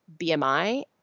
BMI